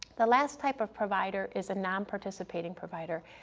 the last type of provider is a nonparticipating provider,